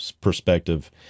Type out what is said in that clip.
perspective